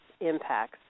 impacts